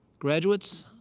graduates,